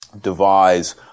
devise